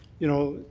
you know,